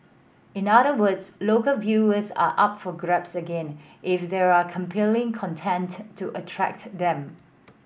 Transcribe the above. in other words local viewers are up for grabs again if there are compelling content to attract them